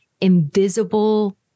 invisible